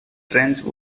trench